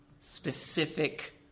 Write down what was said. specific